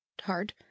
hard